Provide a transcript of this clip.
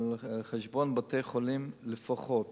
על חשבון בתי-חולים, לפחות,